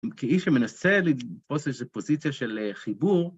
כאיש שמנסה לתפוס איזו פוזיציה של חיבור,